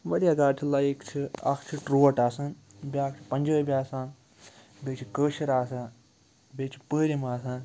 وارِیاہ گاڈٕ چھِ لایِک چھِ اَکھ چھِ ٹرٛوٹ آسان بیٛاکھ چھِ پَنجٲبۍ آسان بیٚیہِ چھِ کٲشِر آسان بیٚیہِ چھِ پٲرِم آسان